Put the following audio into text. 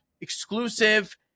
exclusive